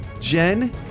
Jen